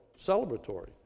celebratory